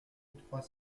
trois